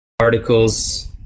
articles